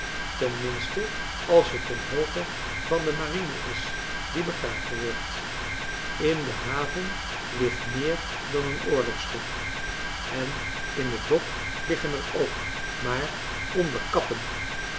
ten minste als het een hooge van de marine is die begraven wordt in de haven ligt meer dan een oorlogsschip en in het dok liggen er ook maar onder kappen